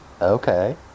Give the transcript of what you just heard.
Okay